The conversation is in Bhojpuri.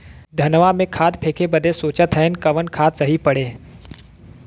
धनवा में खाद फेंके बदे सोचत हैन कवन खाद सही पड़े?